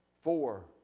Four